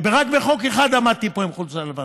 רק בחוק אחד עמדתי פה עם חולצה לבנה,